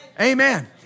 Amen